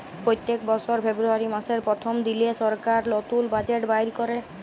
প্যত্তেক বসর ফেব্রুয়ারি মাসের পথ্থম দিলে সরকার লতুল বাজেট বাইর ক্যরে